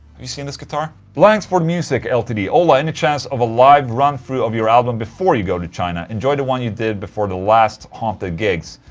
you seen this guitar? langsfordmusic ltd ola, any chance of a live run-through of your album before you go to china? enjoyed the one you did before the last haunted gigs.